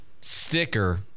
sticker